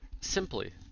simply